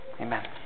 Amen